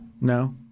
No